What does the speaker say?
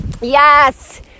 Yes